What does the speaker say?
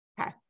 okay